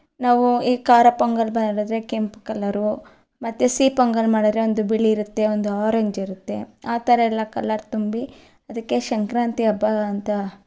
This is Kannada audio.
ನಾವು ಈ ಖಾರ ಪೊಂಗಲ್ ಮಾಡಿದ್ರೆ ಕೆಂಪು ಕಲರು ಮತ್ತೆ ಸಿಹಿ ಪೊಂಗಲ್ ಮಾಡಿದರೆ ಒಂದು ಬಿಳಿ ಇರುತ್ತೆ ಒಂದು ಆರೆಂಜ್ ಇರುತ್ತೆ ಆ ಥರ ಎಲ್ಲ ಕಲರ್ ತುಂಬಿ ಅದಕ್ಕೆ ಸಂಕ್ರಾಂತಿ ಹಬ್ಬ ಅಂತ